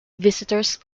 visitors